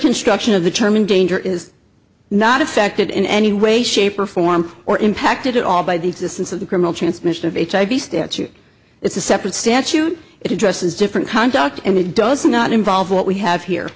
construction of the term in danger is not affected in any way shape or form or impacted at all by the existence of the criminal transmission of hiv statute it's a separate statute it addresses different contact and it does not involve what we have here